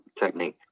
technique